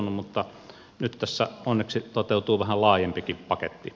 mutta nyt tässä onneksi toteutuu vähän laajempikin paketti